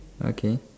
okay